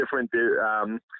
different